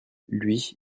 lui